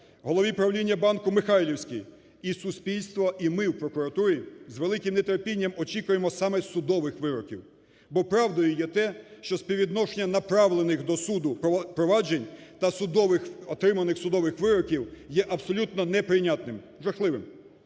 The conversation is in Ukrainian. голові правління банку "Михайлівський". І суспільство, і ми в прокуратурі з великим нетерпінням очікуємо саме судових вироків. Бо правдою є те, що співвідношення направлених до суду проваджень та отриманих судових вироків є абсолютно неприйнятним, жахливим.